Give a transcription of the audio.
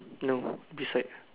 no beside